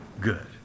good